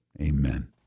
Amen